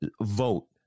vote